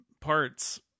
parts